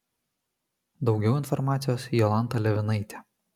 daugiau informacijos jolanta levinaitė